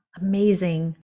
amazing